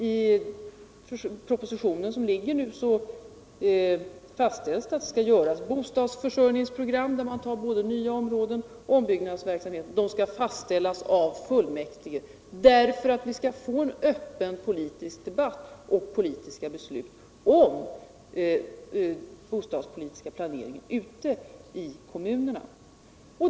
I propositionen som nu föreligger fastställs att det skall göras bostadsförsörjningsprogram, omfattande både nya områden och ombyggnadsverksamheten. Programmen skall fastställas av fullmäktige därför att vi skall få en öppen politisk debatt och politiska beslut om den bostadspolitiska planeringen ute i kommunerna.